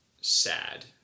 sad